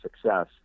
success